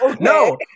No